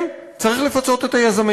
כן, צריך לפצות את היזמים,